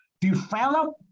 develop